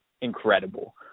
incredible